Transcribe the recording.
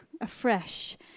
afresh